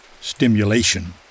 stimulation